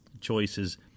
choices